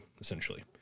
essentially